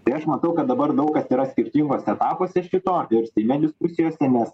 tai aš matau kad dabar daug kas yra skirtinguose etapuose šito ir seime diskusijose nes